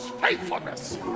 faithfulness